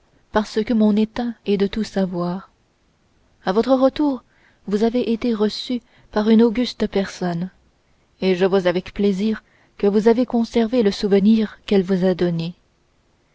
parce que mon état est de tout savoir à votre retour vous avez été reçu par une auguste personne et je vois avec plaisir que vous avez conservé le souvenir qu'elle vous a donné